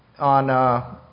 on